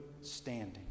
standing